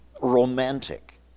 romantic